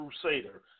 Crusader